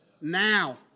Now